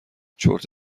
چرت